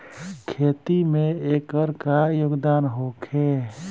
खेती में एकर का योगदान होखे?